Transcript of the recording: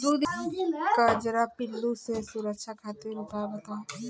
कजरा पिल्लू से सुरक्षा खातिर उपाय बताई?